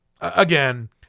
again